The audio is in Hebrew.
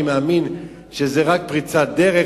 אני מאמין שזאת רק פריצת דרך,